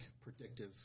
predictive